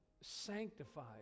sanctified